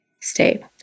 stay